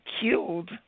killed